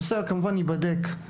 אם תהיה דרישה כזו הנושא ייבדק, כמובן.